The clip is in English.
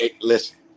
Listen